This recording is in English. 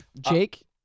Jake